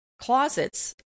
closets